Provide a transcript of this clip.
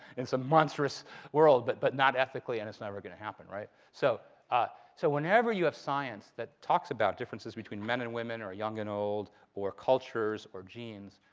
in some monstrous world but but not ethically. and it's never going to happen, right? so ah so whenever you have science that talks about differences between men and women or young and old or cultures or genes,